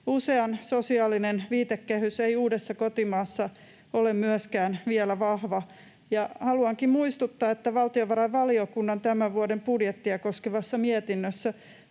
Usean sosiaalinen viitekehys ei uudessa kotimaassa ole myöskään vielä vahva, ja haluankin muistuttaa, että valtiovarainvaliokunnan tämän vuoden budjettia koskevassa mietinnössä